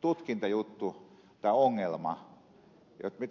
tutkintaongelma miten saada nämä kiinni